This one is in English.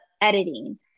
editing